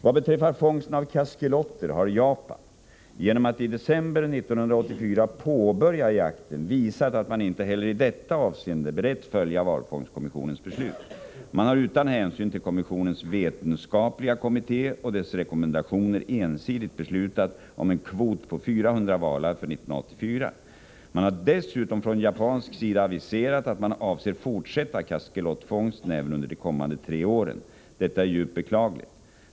Vad beträffar fångsten av kaskeloter har Japan genom att i december 1984 påbörja jakten visat att man inte heller i detta avseende är beredd att följa valfångstkommissionens beslut. Man har utan hänsyn till kommissionens kvot på 400 valar för 1984. Man har dessutom från japansk sida aviserat att man avser att fortsätta kaskelotfångsten även under de kommande tre åren. Detta är djupt beklagligt.